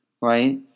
right